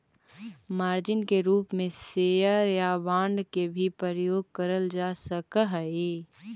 margin के रूप में शेयर या बांड के भी प्रयोग करल जा सकऽ हई